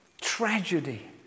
tragedy